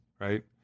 right